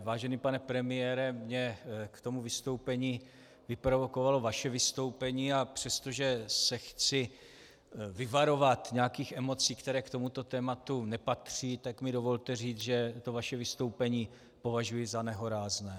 Vážený pane premiére, mě k tomu vystoupení vyprovokovalo vaše vystoupení, a přestože se chci vyvarovat nějakých emocí, které k tomuto tématu nepatří, tak mi dovolte říct, že vaše vystoupení považuji za nehorázné.